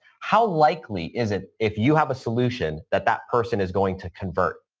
how likely is it if you have a solution that that person is going to convert?